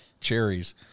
cherries